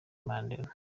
mandela